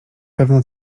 pewno